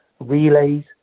relays